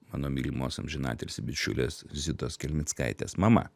mano mylimos amžinatilsį bičiulės zitos kelmickaitės mama